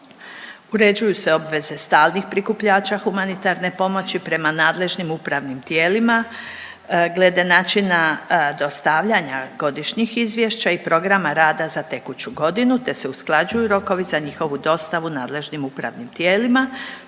Uređuju se obveze stalnih prikupljača humanitarne pomoći prema nadležnim upravnim tijelima glede načina dostavljanja godišnjih izvješća i programa rada za tekuću godinu, te se usklađuju rokovi za njihovu dostavu nadležnim upravnim tijelima